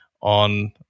on